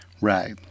right